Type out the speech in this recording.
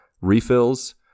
refills